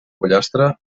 pollastre